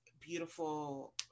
beautiful